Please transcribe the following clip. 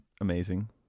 Amazing